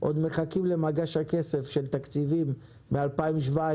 עוד מחכים למגש הכסף של תקציבים מ-2017.